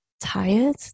tired